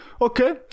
Okay